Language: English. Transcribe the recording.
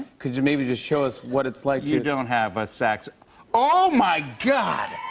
could you maybe just show us what it's like to you don't have a sax oh, my god!